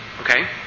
Okay